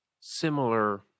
similar